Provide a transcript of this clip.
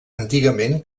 antigament